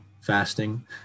fasting